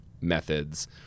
methods